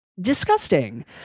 Disgusting